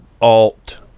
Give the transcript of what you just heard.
alt